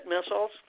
missiles